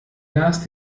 las